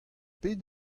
pet